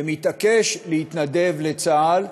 ומתעקש להתנדב לצה"ל,